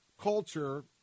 culture